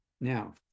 Now